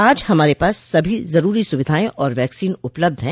आज हमारे पास सभी जरूरी सुविधाएं और वैक्सीन उपलब्ध है